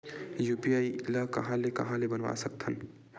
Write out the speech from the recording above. UPI ल कहां ले कहां ले बनवा सकत हन?